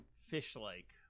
Fish-like